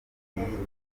ngingo